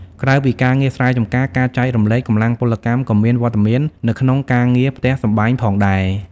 ក្រៅពីការងារស្រែចម្ការ ការចែករំលែកកម្លាំងពលកម្មក៏មានវត្តមាននៅក្នុងការងារផ្ទះសម្បែងផងដែរ។